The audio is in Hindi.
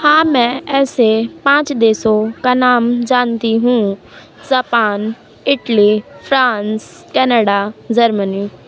हाँ मैं ऐसे पाँच देशों का नाम जानती हूँ Japan Italy France Canada Germany